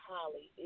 Holly